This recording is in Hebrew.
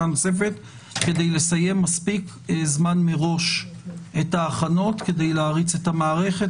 הנוספת כדי לסיים מספיק זמן מראש את ההכנות כדי להריץ את המערכת,